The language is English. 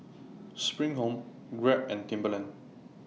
SPRING Home Grab and Timberland